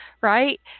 right